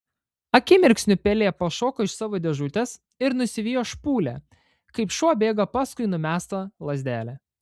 akimirksniu pelė pašoko iš savo dėžutės ir nusivijo špūlę kaip šuo bėga paskui numestą lazdelę